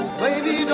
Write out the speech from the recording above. baby